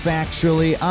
Factually